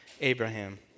Abraham